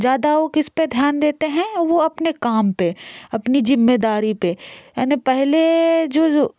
ज़्यादा वह किस पर ध्यान देते हैं वह अपने काम पर अपनी जिम्मेदारी पर मैंने पहले जो